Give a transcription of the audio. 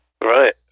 Right